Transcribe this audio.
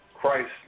Christ